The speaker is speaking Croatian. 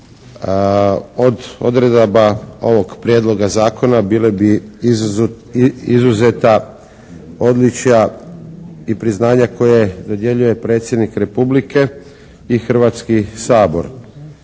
Od odredaba ovog prijedloga zakona bila bi izuzeta odličja i priznanja koja dodjeljuje Predsjednik Republike i Hrvatski sabor.